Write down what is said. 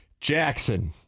Jackson